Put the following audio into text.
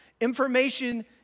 Information